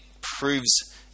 proves